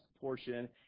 portion